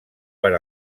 per